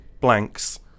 blanks